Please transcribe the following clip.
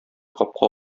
капка